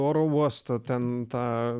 oro uosto ten tą